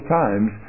times